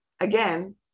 again